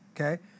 Okay